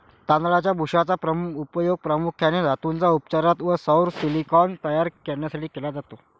तांदळाच्या भुशाचा उपयोग प्रामुख्याने धातूंच्या उपचारात व सौर सिलिकॉन तयार करण्यासाठी केला जातो